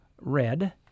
Red